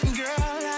girl